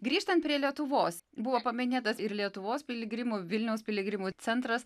grįžtant prie lietuvos buvo paminėtas ir lietuvos piligrimų vilniaus piligrimų centras